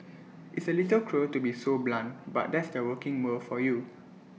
it's A little cruel to be so blunt but that's the working world for you